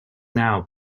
now